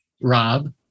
Rob